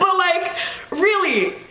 ah like really?